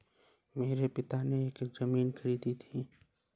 मेरे पिताजी ने एक जमीन खरीदी थी